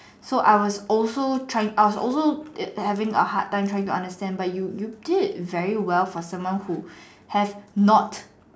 so I was also trying I was also having a hard time trying to understand but you you did very well for someone who have not